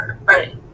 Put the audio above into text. Right